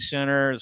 Center